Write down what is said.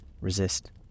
resist